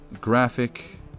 Graphic